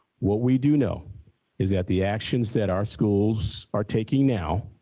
what we do know is that the actions that our schools are taking now